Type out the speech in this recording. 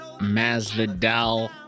masvidal